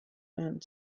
and